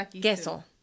queso